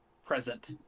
Present